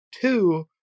two